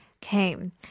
came